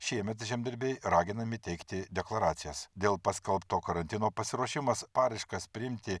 šiemet žemdirbiai raginami teikti deklaracijas dėl paskelbto karantino pasiruošimas paraiškas priimti